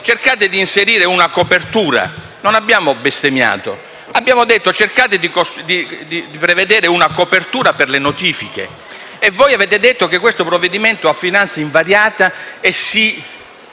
cercate di inserire una copertura. Non abbiamo bestemmiato. Abbiamo detto: cercate di prevedere una copertura per le notifiche. E voi avete detto che questo provvedimento è a finanza invariata e che